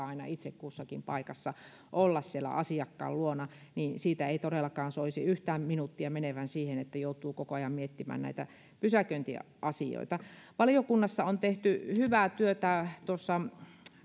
aina itse kussakin paikassa olla siellä asiakkaan luona siitä ei todellakaan soisi yhtään minuuttia menevän siihen että joutuu koko ajan miettimään näitä pysäköintiasioita valiokunnassa on tehty hyvää työtä tuossa